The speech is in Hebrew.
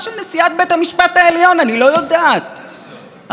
הרי יש כמה מדינות שאנחנו שומרים איתן על יחסי אהבה גדולים,